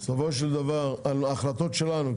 על ההחלטות שלנו,